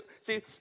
see